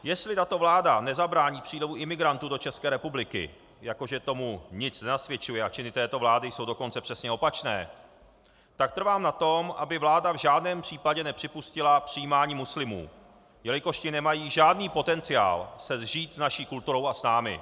Jestli tato vláda nezabrání přílivu imigrantů do České republiky, jako že tomu nic nenasvědčuje, a činy této vlády jsou dokonce přesně opačné, tak trvám na tom, aby vláda v žádném případě nepřipustila přijímání muslimů, jelikož ti nemají žádný potenciál se sžít s naší kulturou a s námi.